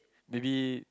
maybe